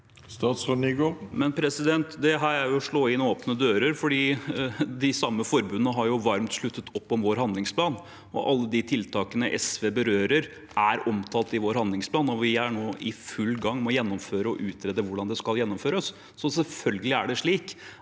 Statsråd Jon-Ivar Nygård Dette er å slå inn åpne dører, for de samme forbundene har jo varmt sluttet opp om vår handlingsplan, og alle de tiltakene SV berører, er omtalt i vår handlingsplan. Vi er nå i full gang med å gjennomføre og utrede hvordan det skal gjennomføres. Selvfølgelig er det slik